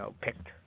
picked